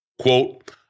Quote